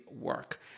work